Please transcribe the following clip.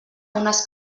unes